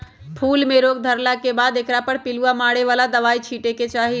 फूल में रोग धरला के बाद एकरा पर पिलुआ मारे बला दवाइ छिटे के चाही